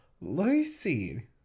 Lucy